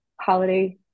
holiday